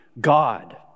God